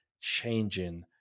changing